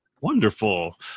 Wonderful